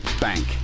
bank